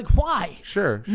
why? sure,